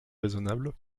raisonnable